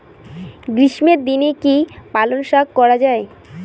গ্রীষ্মের দিনে কি পালন শাখ করা য়ায়?